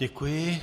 Děkuji.